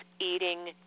Eating